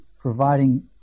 providing